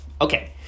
okay